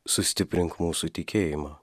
sustiprink mūsų tikėjimą